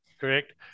Correct